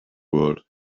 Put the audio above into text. world